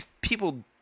people